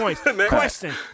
Question